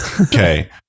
Okay